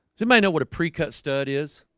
you may know what a pre-cut stud is